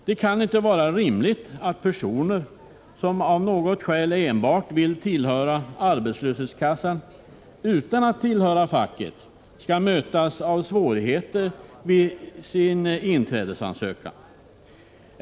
Det kan inte vara rimligt att personer som av något skäl enbart vill tillhöra arbetslöshetskassan — utan att tillhöra facket — skall mötas av svårigheter i samband med att de inger sin inträdesansökan.